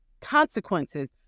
consequences